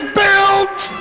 built